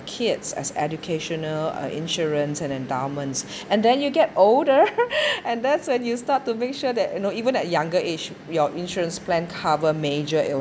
kids as educational uh insurance and endowments and then you get older and that's when you start to make sure that you know even at younger age your insurance plan cover major